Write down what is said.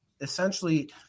essentially